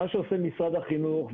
מה שעושה משרד החינוך,